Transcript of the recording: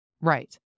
Right